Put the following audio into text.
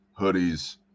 hoodies